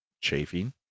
Chafing